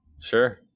sure